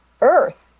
earth